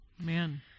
man